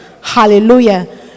hallelujah